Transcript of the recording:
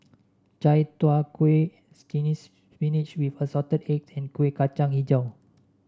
Chai Tow Kway spinach with Assorted Eggs and Kuih Kacang hijau